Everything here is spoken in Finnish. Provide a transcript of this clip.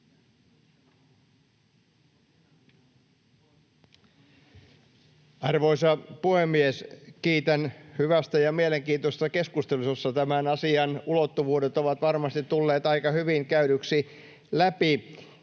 Arvoisa puhemies! Kiitän hyvästä ja mielenkiintoisesta keskustelusta, jossa tämän asian ulottuvuudet ovat varmasti tulleet aika hyvin käydyiksi läpi.